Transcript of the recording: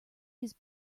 his